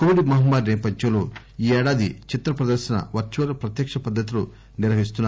Covid మహమ్మారి నేపథ్యంలో ఈ ఏడాది చిత్ర ప్రదర్శన వర్చువల్ ప్రత్యక్ష పద్దతిలో నిర్వహిస్తారు